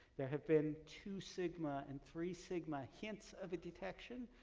there have been two sigma and three sigma hints of a detection.